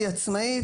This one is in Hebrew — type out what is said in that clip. היא עצמאית,